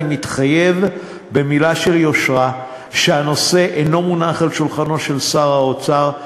אני מתחייב במילה של יושרה שהנושא אינו מונח על שולחנו של שר האוצר.